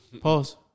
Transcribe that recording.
Pause